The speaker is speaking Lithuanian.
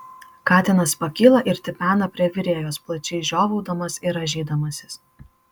katinas pakyla ir tipena prie virėjos plačiai žiovaudamas ir rąžydamasis